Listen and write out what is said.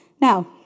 Now